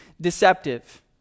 deceptive